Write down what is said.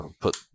put